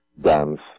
dance